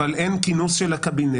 אבל אין כינוס של הקבינט.